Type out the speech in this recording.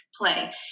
play